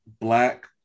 Black